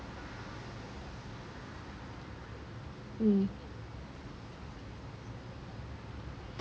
mm